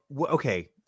okay